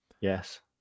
Yes